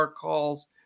calls